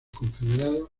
confederados